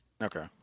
Okay